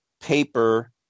paper